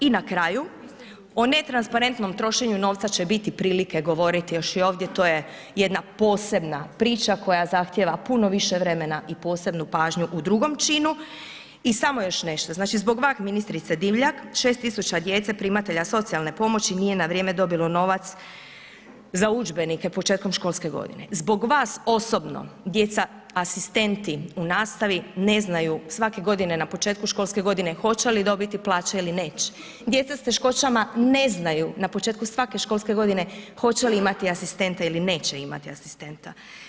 I na kraju, o netransparentnom trošenju novca će biti prilike govoriti još i ovdje, to je jedna posebna priča koja zahtjeva puno više vremena i posebnu pažnju u drugom činu i samo još nešto, znači zbog vas ministrice Divjak 6000 djece primatelja socijalne pomoći nije na vrijeme dobilo novac za udžbenike početkom školske godine, zbog vas osobno djeca, asistenti u nastavi ne znaju svake godine na početku školske godine hoće li dobiti plaće ili neće, djeca s teškoćama ne znaju na početku svake školske godine hoće li imati asistenta ili neće imati asistenta.